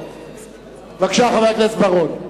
בקשה, חבר הכנסת בר-און.